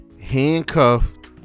Handcuffed